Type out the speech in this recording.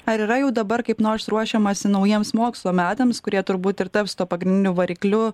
ar yra jau dabar kaip nors ruošiamasi naujiems mokslo metams kurie turbūt ir taps tuo pagrindiniu varikliu